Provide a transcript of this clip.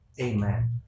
Amen